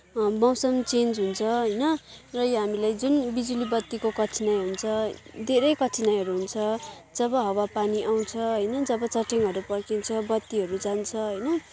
मौसम चेन्ज हुन्छ होइन र यहाँ हामीलाई जुन बिजुली बत्तीको कठिनाइ हुन्छ धेरै कठिनाइहरू हुन्छ जब हावापानी आउँछ होइन जब चट्याङहरू पड्किन्छ बत्तीहरू जान्छ होइन